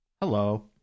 hello